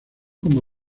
como